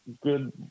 good